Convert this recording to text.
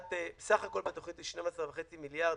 סך הכול בתוכנית יש 12.5 מיליארד.